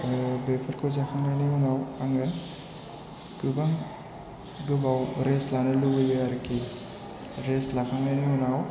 आरो बेफोरखौ जाखांनायनि उनाव आङो गोबां गोबाव रेस्ट लानो लुगैयो आरोखि रेस्ट लाखांनायनि उनाव